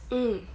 mm